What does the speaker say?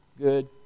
good